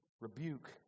rebuke